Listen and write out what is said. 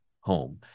home